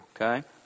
okay